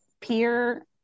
peer